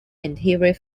interior